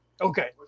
Okay